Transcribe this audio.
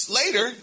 later